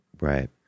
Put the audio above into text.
Right